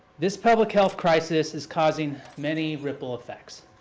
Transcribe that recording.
this public health crisis is causing many ripple effects.